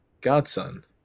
godson